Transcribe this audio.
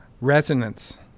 resonance